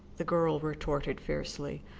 the girl retorted fiercely.